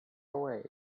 away